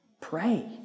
Pray